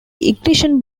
ignition